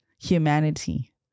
humanity